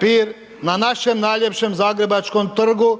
pir na našem najljepšem zagrebačkom trgu